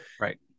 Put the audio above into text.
Right